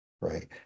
right